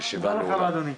הישיבה נעולה.